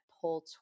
pull